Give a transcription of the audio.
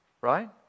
Right